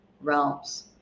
realms